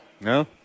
No